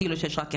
כאילו שיש רק אחד.